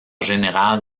général